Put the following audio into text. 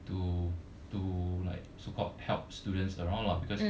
to to like so called help students around lah because